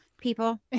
people